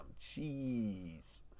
Jeez